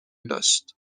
داشت